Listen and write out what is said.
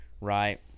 Right